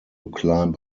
climb